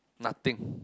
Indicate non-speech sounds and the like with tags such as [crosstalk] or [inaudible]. nothing [breath]